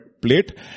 plate